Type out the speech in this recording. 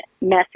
message